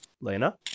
Lena